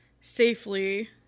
Safely